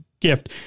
gift